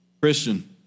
Christian